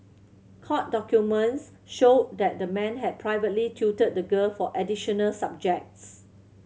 court documents showed that the man had privately tutored the girl for additional subjects